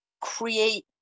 create